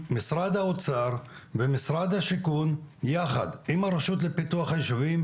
משרד האוצר ומשרד השיכון יחד עם הרשות לפיתוח הישובים,